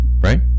Right